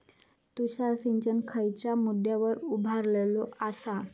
तुषार सिंचन खयच्या मुद्द्यांवर उभारलेलो आसा?